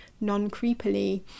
non-creepily